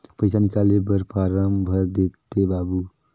पइसा निकाले बर फारम भर देते बाबु?